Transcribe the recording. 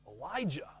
Elijah